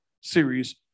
series